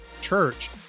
church